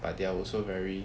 but they're are also very